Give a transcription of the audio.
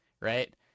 Right